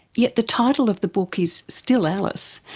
yet the title of the book is still alice.